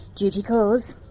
duty calls.